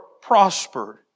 prospered